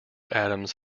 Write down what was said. adams